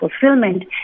fulfillment